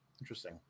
Interesting